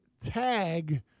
tag